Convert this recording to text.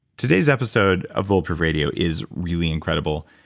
today's episode of bulletproof radio is really incredible.